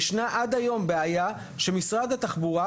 שישנה עד היום בעיה שמשרד התחבורה,